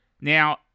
Now